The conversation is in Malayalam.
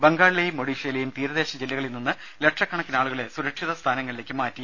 ബംഗാളിലെയും ഒഡീഷയിലെയും ജില്ലകളിൽ നിന്ന് തീരദേശ ലക്ഷക്കണക്കിനാളുകളെ സുരക്ഷിത സ്ഥാനങ്ങളിലേക്ക് മാറ്റി